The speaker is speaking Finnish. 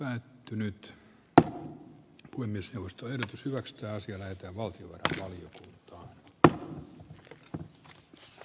täyttynyt jo kuin myös ruostuennätyslax ja siellä itävalta droidi r r us tragediasta